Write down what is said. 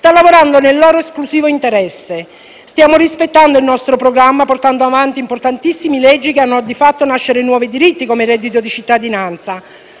sta lavorando nel loro esclusivo interesse. Stiamo rispettando il nostro programma portando avanti importantissime leggi che hanno fatto nascere nuovi diritti come il reddito di cittadinanza,